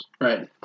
Right